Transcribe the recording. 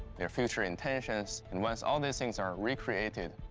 their future intentions, and once all these things are re-created,